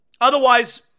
Otherwise